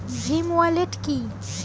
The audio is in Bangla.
ভীম ওয়ালেট কি?